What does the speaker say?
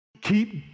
Keep